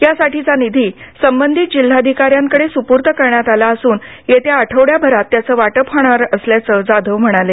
या साठीचा निधी संबंधित जिल्हाधिकाऱ्यांकडे सुपूर्त करण्यात आला असून येत्या आठवडाभरात त्याचं वाटप होणार असल्याचं जाधव म्हणाले